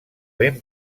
ben